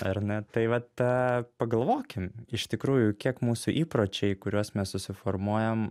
ar ne tai vat tą pagalvokim iš tikrųjų kiek mūsų įpročiai kuriuos mes susiformuojam